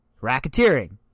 racketeering